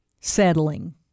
settling